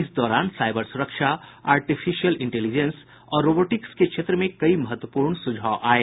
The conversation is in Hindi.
इस दौरान साईबर स्रक्षा आर्टिफिशियल इंटेलिजेंस और रोबोटिक्स के क्षेत्र में कई महत्वपूर्ण सुझाव आये